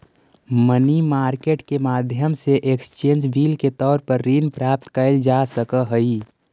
money market के माध्यम से एक्सचेंज बिल के तौर पर ऋण प्राप्त कैल जा सकऽ हई